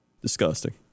Disgusting